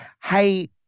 hey